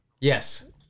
yes